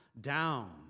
down